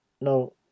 No